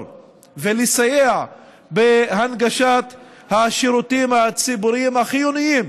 ולסייע בהנגשת השירותים הציבוריים החיוניים